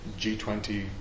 G20